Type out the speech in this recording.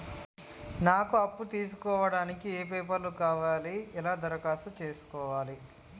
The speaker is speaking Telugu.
నాకు అప్పు తీసుకోవడానికి ఏ పేపర్లు కావాలి ఎలా దరఖాస్తు చేసుకోవాలి?